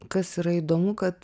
kas yra įdomu kad